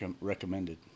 recommended